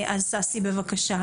ששי, בבקשה.